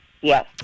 Yes